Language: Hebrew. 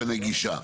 משנה גישה.